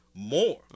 More